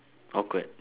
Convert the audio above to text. awkward